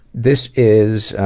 this is,